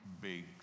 big